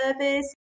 service